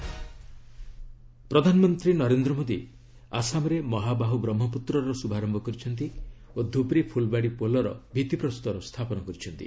PM Assam ପ୍ରଧାନମନ୍ତ୍ରୀ ନରେନ୍ଦ୍ର ମୋଦୀ ଆସାମରେ ମହାବାହୁ ବ୍ରହ୍ମପୁତ୍ରର ଶୁଭାରମ୍ଭ କରିଛନ୍ତି ଓ ଧୁବ୍ରୀ ଫୁଲ୍ବାଡ଼ି ପୋଲ ର ଭିତ୍ତି ପ୍ରସ୍ତରା ସ୍ଥାପନ କରିଛନ୍ତି